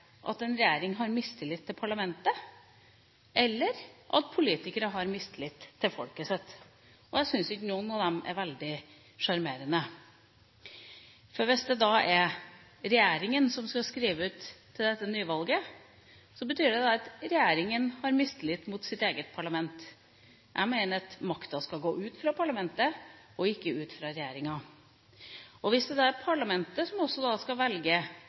at en regjering har mistillit til parlamentet, eller at politikere har mistillit til folket sitt. Jeg syns ikke noen av delene er veldig sjarmerende. Hvis det er regjeringa som skal skrive ut dette nyvalget, betyr det at regjeringa har mistillit til sitt eget parlament. Jeg mener at makta skal gå ut fra parlamentet og ikke ut fra regjeringa. Hvis det er parlamentet som skal kreve nyvalg, er det politikerne som har mistillit til sitt eget folk, og sier at dere valgte feil, dere må nok velge